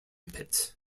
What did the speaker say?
pit